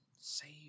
Save